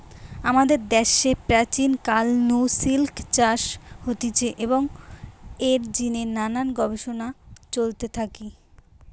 আমাদের দ্যাশে প্রাচীন কাল নু সিল্ক চাষ হতিছে এবং এর জিনে নানান গবেষণা চলতে থাকি